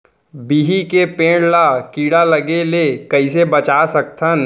बिही के पेड़ ला कीड़ा लगे ले कइसे बचा सकथन?